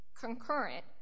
concurrent